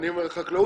כשאני אומר חקלאות,